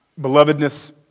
Belovedness